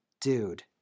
Dude